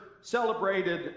celebrated